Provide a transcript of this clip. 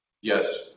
yes